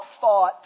thought